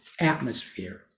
atmosphere